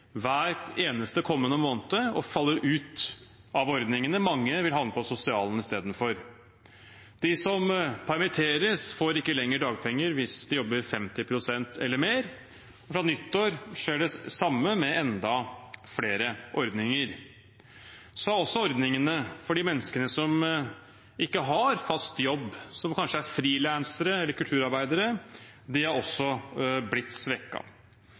hver eneste kommende måned og falle ut av ordningene. Mange vil havne på sosialen istedenfor. De som permitteres, får ikke lenger dagpenger hvis de jobber 50 pst. eller mer. Fra nyttår skjer det samme med enda flere ordninger. Ordningene for de menneskene som ikke har fast jobb, som kanskje er frilansere eller kulturarbeidere, har også blitt